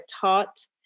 taught